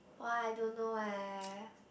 !wah! I don't know eh